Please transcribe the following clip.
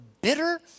bitter